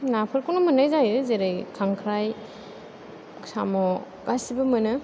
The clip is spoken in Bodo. नाफोरखौनो मोननाय जायो जेरै खांख्राय साम' गासैबो मोनो